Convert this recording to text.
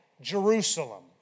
Jerusalem